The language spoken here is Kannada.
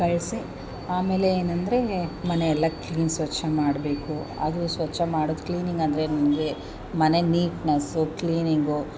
ಕಳಿಸಿ ಆಮೇಲೆ ಏನಂದರೆ ಮನೆಯೆಲ್ಲಾ ಕ್ಲೀನ್ ಸ್ವಚ್ಚ ಮಾಡಬೇಕು ಅದು ಸ್ವಚ್ಚ ಮಾಡೋದು ಕ್ಲೀನಿಂಗ್ ಅಂದರೆ ನನಗೆ ಮನೆ ನೀಟ್ನೆಸ್ಸು ಕ್ಲೀನಿಂಗು